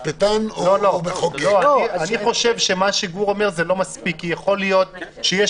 אני חושב שמה שגור אומר אינו מספיק כי יכול להיות שיש